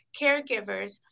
caregivers